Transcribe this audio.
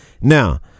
Now